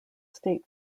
state